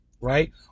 right